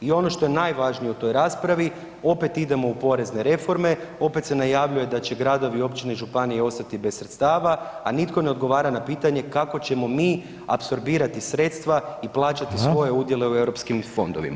I ono što je najvažnije u toj raspravi, opet idemo u porezne reforme, opet se najavljuje da će gradovi, općine i županije ostati bez sredstava, a nitko ne odgovara na pitanje kako ćemo mi apsorbirati sredstva i plaćati svoje udjele u Europskim fondovima.